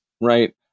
right